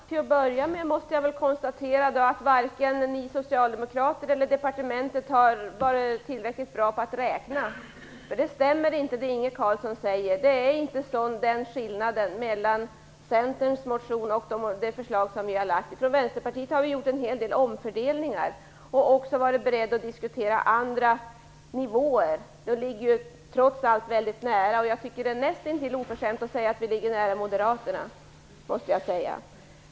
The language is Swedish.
Fru talman! Till att börja med måste jag konstatera att varken ni socialdemokrater eller departementet har varit tillräckligt bra på att räkna. Det stämmer inte det Inge Carlsson säger. Det är inte en sådan skillnad mellan Centerns motion och det förslag som vi har lagt fram. Vi i Vänsterpartiet har gjort en hel del omfördelningar och även varit beredda att diskutera andra nivåer. Vi ligger trots allt väldigt nära. Jag tycker att det är nästintill oförskämt att säga att vi ligger nära moderaterna, måste jag säga.